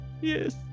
Yes